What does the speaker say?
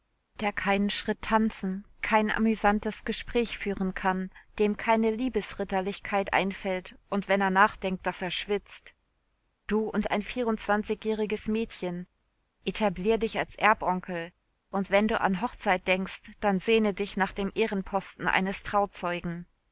der keinen schritt tanzen kein amüsantes gespräch führen kann dem keine liebesritterlichkeit einfällt und wenn er nachdenkt daß er schwitzt du und ein vierundzwanzigjähriges mädchen etablier dich als erbonkel und wenn du an hochzeit denkst dann sehne dich nach dem ehrenposten eines trauzeugen